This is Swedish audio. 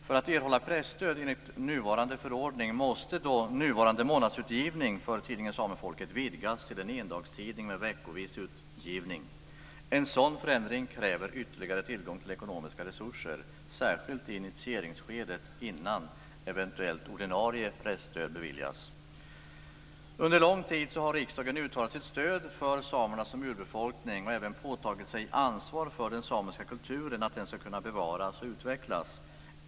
För att erhålla presstöd enligt nuvarande förordning måste då nuvarande månadsutgivning för tidningen Samefolket vidgas till en endagstidning med veckovis utgivning. En sådan förändring kräver ytterligare tillgång till ekonomiska resurser, särskilt i initieringsskedet innan eventuellt ordinarie presstöd beviljas. Under lång tid har riksdagen uttalat sitt stöd för samerna som urbefolkning och även påtagit sig ansvar för att den samiska kulturen ska kunna bevaras och utvecklas.